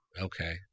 Okay